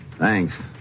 Thanks